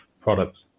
products